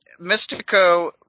Mystico –